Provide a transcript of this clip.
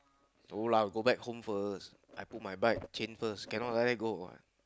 no lah go back home first I put my bike chain first cannot like that go what